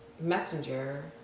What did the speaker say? Messenger